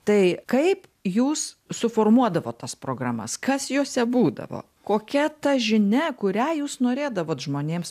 tai kaip jūs suformuodavot tas programas kas jose būdavo kokia ta žinia kurią jūs norėdavot žmonėms